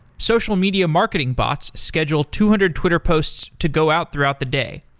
social media marketing bots schedule two hundred twitter posts to go out throughout the day.